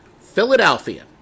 Philadelphia